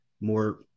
more